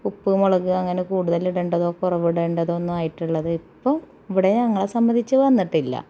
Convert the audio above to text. ഉപ്പ് മുളക് അങ്ങനെ കൂടുതലിടേണ്ടതൊ കുറവിടേണ്ടതോ ഒന്നുവായിട്ടുള്ളത് ഇപ്പോൾ ഇവിടെ ഞങ്ങളെ സംബദ്ധിച്ച് വന്നിട്ടില്ല